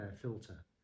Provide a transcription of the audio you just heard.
filter